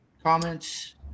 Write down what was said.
Comments